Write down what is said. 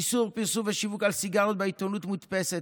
איסור פרסום ושיווק של סיגריות בעיתונות המודפסת,